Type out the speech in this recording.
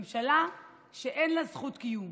ממשלה שאין לה זכות קיום.